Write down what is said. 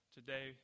Today